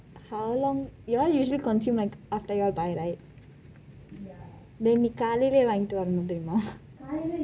how long you want usually consume like after you all buy right then நீ காலையிலே வாங்கிட்டு வரனும் தெரியுமா:ni kaalaiyilei vankithu varanum theriyuma